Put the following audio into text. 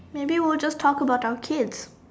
maybe we will just talk about our kids